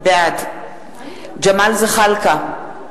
בעד ג'מאל זחאלקה,